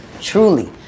Truly